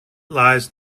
lies